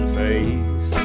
face